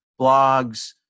blogs